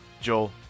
Joel